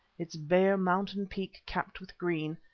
its bare mountain peak capped with green,